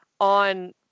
on